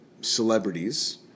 celebrities